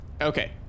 Okay